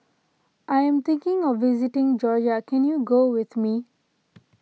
I am thinking of visiting Georgia can you go with me